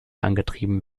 angetrieben